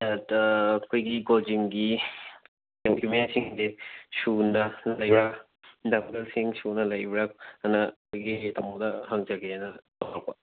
ꯑꯗ ꯑꯩꯈꯣꯏꯒꯤ ꯒꯣꯜ ꯖꯤꯝꯒꯤ ꯏꯀ꯭ꯋꯤꯞꯃꯦꯟ ꯁꯤꯡꯁꯤꯗꯤ ꯁꯨꯅ ꯂꯩꯕ꯭ꯔꯥ ꯁꯨꯅ ꯂꯩꯕ꯭ꯔꯥ ꯑꯅ ꯑꯩꯈꯣꯏꯒꯤ ꯇꯥꯃꯣꯗ ꯍꯪꯖꯒꯦꯅ ꯇꯧꯔꯛꯄ